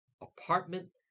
apartment